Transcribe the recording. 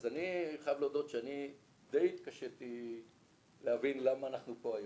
אז אני חייב להודות שאני די התקשיתי להבין למה אנחנו פה היום.